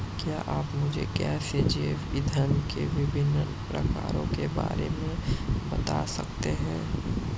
क्या आप मुझे गैसीय जैव इंधन के विभिन्न प्रकारों के बारे में बता सकते हैं?